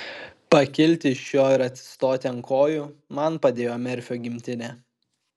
pakilti iš jo ir atsistoti ant kojų man padėjo merfio gimtinė